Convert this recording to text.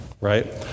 right